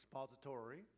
expository